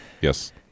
Yes